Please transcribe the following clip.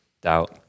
doubt